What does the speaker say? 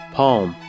Palm